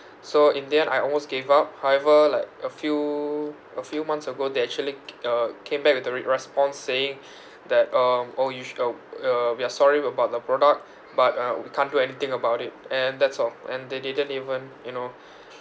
so in the end I almost gave up however like a few a few months ago they actually uh came back with a re~ response saying that um orh you sh~ uh uh we are sorry about the product but uh we can't do anything about it and that's all and they didn't even you know